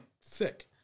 sick